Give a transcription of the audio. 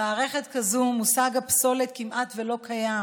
במערכת כזו המושג פסולת כמעט ולא קיים.